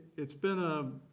it's been a